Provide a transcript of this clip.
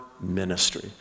ministry